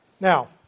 Now